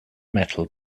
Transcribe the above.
metal